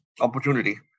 opportunity